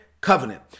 covenant